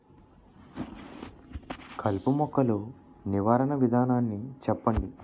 కలుపు మొక్కలు నివారణ విధానాన్ని చెప్పండి?